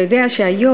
אתה יודע שהיום,